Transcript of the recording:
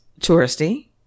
touristy